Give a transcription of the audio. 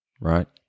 right